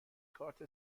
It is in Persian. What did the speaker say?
کارت